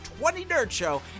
20NerdShow